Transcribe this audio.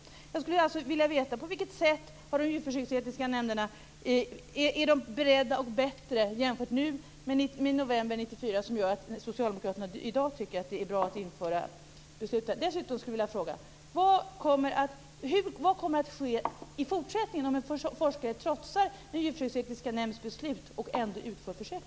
Jag skulle alltså vilja veta: På vilket sätt är de djurförsöksetiska nämnderna bättre beredda nu jämfört med november 1994 så att socialdemokraterna i dag tycker att det är bra att införa beslutanderätt? Dessutom skulle jag vilja fråga: Vad kommer att ske i fortsättningen om en forskare trotsar de djurförsöksetiska nämndernas beslut och ändå utför försök?